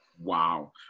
Wow